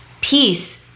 Peace